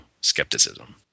skepticism